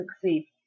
succeed